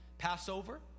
Passover